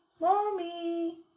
Mommy